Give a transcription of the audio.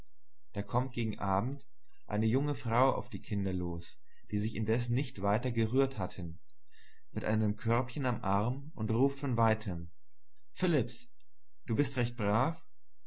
da kommt gegen abend eine junge frau auf die kinder los die sich indes nicht gerührt hatten mit einem körbchen am arm und ruft von weitem philipps du bist recht brav